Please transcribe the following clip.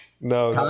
No